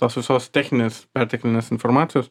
tos visos techninės perteklinės informacijos